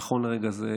נכון לרגע זה,